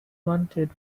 wanted